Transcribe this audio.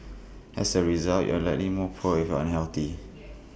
as A result you are likely more poor if you are unhealthy